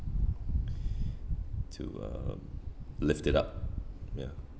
to uh lift it up ya